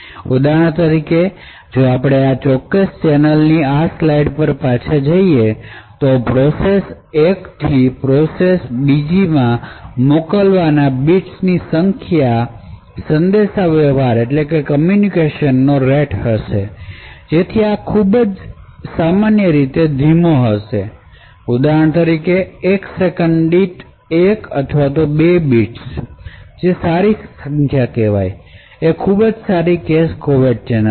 ઉદાહરણ તરીકે જો આપણે આ ચોક્કસ ચેનલની આ સ્લાઇડ પર પાછા જઈએ તો પ્રોસેસ એકથી બીજા પ્રોસેસમાં મોકલવાના બિટ્સની સંખ્યા સંદેશાવ્યવહાર નો રેટ હશે જેથી આ સામાન્ય રીતે ખૂબ ધીમો હોય છે ઉદાહરણ તરીકે કે એક સેકંડ દીઠ એક અથવા બે બિટ્સ એ સારી સંખ્યા કહેવાશે એ ખૂબ સારી કેશ કોવેર્ટ ચેનલ છે